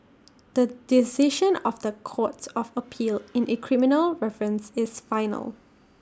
the decision of the courts of appeal in A criminal reference is final